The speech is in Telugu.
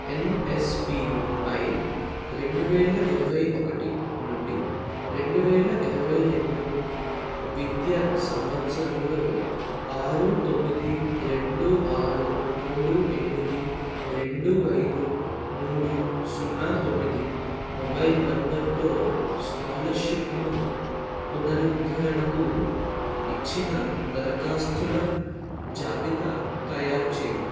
ఎన్ఎస్పిపై రెండు వేల ఇరవై ఒకటి నుండి రెండు వేల ఇరవై రెండు విద్యా సంవత్సరంలో ఆరు తొమ్మిది రెండు ఆరు మూడు ఎనిమిది రెండు ఐదు మూడు సున్నా తొమ్మిది మొబైల్ నంబరుతో స్కాలర్షిప్ను పునరుద్ధరణకు ఇచ్చిన దరఖాస్తుల జాబితా తయారు చేయి